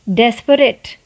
desperate